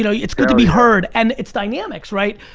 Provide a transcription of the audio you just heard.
you know it's good to be heard and it's dynamics, right?